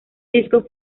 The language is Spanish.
disco